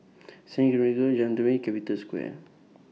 Saint Margaret's Road Jalan Telawi Capital Square